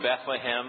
Bethlehem